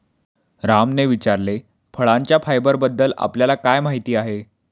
रामने विचारले, फळांच्या फायबरबद्दल आपल्याला काय माहिती आहे?